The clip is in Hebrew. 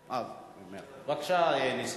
בבקשה, נסים.